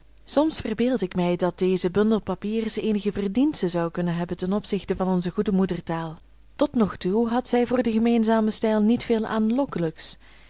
soms verbeeld ik mij dat deze bundel papiers eenige verdienste zou kunnen hebben ten opzichte van onze goede moedertaal tot nog toe had zij voor den gemeenzamen stijl niet veel aanlokkelijks